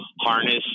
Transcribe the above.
harness